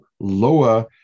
Lower